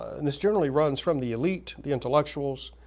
and this generally runs from the elite, the intellectuals,